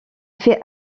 fait